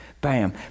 Bam